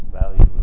value